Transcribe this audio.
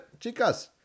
chicas